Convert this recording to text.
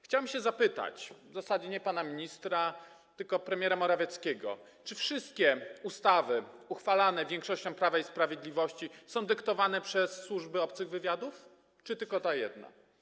Chciałem się zapytać, w zasadzie nie pana ministra, tylko premiera Morawieckiego, czy wszystkie ustawy uchwalane większością Prawa i Sprawiedliwości są dyktowane przez służby obcych wywiadów, czy tylko ta jedna.